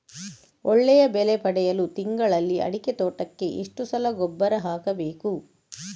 ಒಳ್ಳೆಯ ಬೆಲೆ ಪಡೆಯಲು ತಿಂಗಳಲ್ಲಿ ಅಡಿಕೆ ತೋಟಕ್ಕೆ ಎಷ್ಟು ಸಲ ಗೊಬ್ಬರ ಹಾಕಬೇಕು?